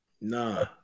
No